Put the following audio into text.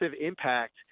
impact